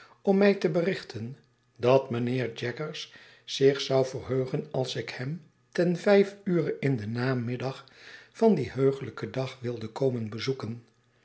om mij te berichten dat mijnheer jaggers zich zou verheugen als ik hem ten vijf ure in den namiddag van dien heuglijken dag wilde komen bezoeken